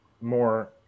more